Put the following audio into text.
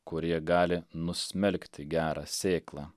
kurie gali nusmelkti gerą sėklą